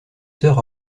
sœurs